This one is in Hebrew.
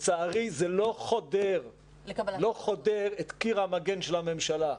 לצערי זה לא חודר את קיר המגן של הממשלה,